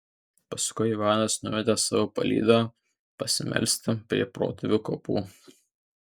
paskui ivanas nuvedė savo palydą pasimelsti prie protėvių kapų